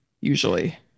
usually